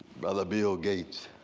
brother bill gates,